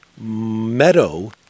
meadow